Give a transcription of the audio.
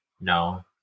no